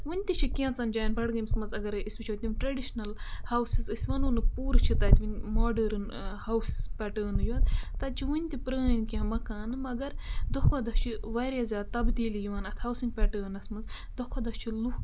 وٕنہِ تہِ چھِ کینٛژَن جایَن پَڑگٲمِس مَنٛز اَگَرَے أسۍ وٕچھو تِم ٹرٛیڈِشنَل ہاوسِز أسۍ وَنو نہٕ پوٗرٕ چھِ تَتہِ وٕنہِ ماڈٲرٕن ہاوُس پیٹٲنٕے یوت تَتہِ چھِ وٕنہِ تہِ پرٛٲنۍ کینٛہہ مَکانہٕ مگر دۄہ کھۄ دۄہ چھِ واریاہ زیادٕ تَبدیٖلی یِوان اَتھ ہاوسِنٛگ پٮ۪ٹٲنَس منٛز دۄہ کھۄ دۄہ چھِ لُکھ